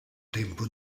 tempo